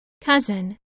cousin